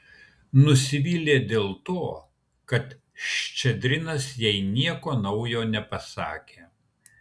nusivylė dėl to kad ščedrinas jai nieko naujo nepasakė